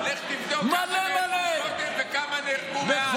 לך תבדוק כמה נהרגו קודם וכמה נהרגו מאז.